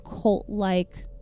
cult-like